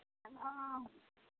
hello